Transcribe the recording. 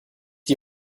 die